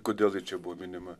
kodėl ji čia buvo minima